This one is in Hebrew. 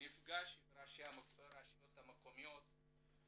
עם ראשי הרשויות המקומיות,